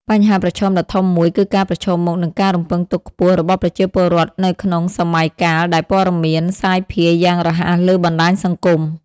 បញ្ហាប្រឈមដ៏ធំមួយគឺការប្រឈមមុខនឹងការរំពឹងទុកខ្ពស់របស់ប្រជាពលរដ្ឋ នៅក្នុងសម័យកាលដែលព័ត៌មានសាយភាយយ៉ាងរហ័សលើបណ្តាញសង្គម។